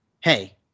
hey